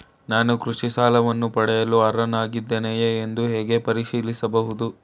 ನಾನು ಕೃಷಿ ಸಾಲವನ್ನು ಪಡೆಯಲು ಅರ್ಹನಾಗಿದ್ದೇನೆಯೇ ಎಂದು ಹೇಗೆ ಪರಿಶೀಲಿಸಬಹುದು?